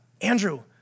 Andrew